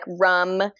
rum